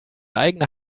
eigene